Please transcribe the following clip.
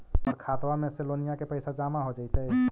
हमर खातबा में से लोनिया के पैसा जामा हो जैतय?